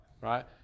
right